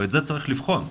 ואת זה צריך לבחון.